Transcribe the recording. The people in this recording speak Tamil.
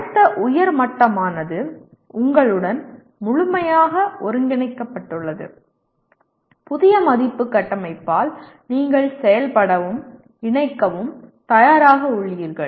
அடுத்த உயர் மட்டமானது உங்களுடன் முழுமையாக ஒருங்கிணைக்கப்பட்டுள்ளது புதிய மதிப்பு கட்டமைப்பால் நீங்கள் செயல்படவும் இணைக்கவும் தயாராக உள்ளீர்கள்